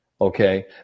okay